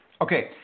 Okay